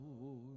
Lord